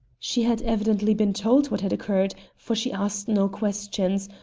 she had evidently been told what had occurred, for she asked no questions,